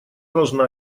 должна